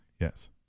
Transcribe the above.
Yes